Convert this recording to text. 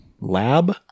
Lab